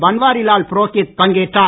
பன்வாரிலால் புரோகித் பங்கேற்றார்